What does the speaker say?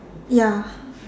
ya